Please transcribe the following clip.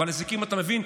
אבל באזיקים אתה מבין.